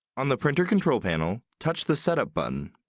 on the printer control panel, touch the setup button.